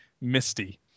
Misty